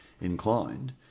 inclined